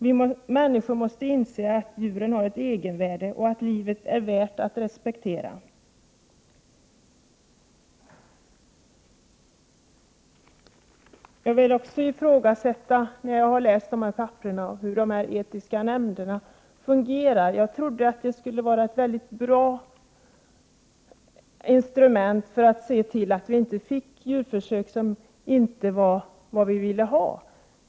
Vi människor måste inse att djuren har ett egenvärde och att livet är värt att respektera. Efter det att jag har läst i papperen vill jag också ifrågasätta hur den etiska nämnden fungerar. Jag trodde att den skulle utgöra ett väldigt bra instrument för att se till att det inte förekommer djurförsök som inte är önskvärda.